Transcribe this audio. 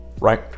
right